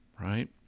Right